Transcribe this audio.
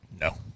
No